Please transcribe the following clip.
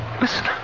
Listen